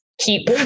keep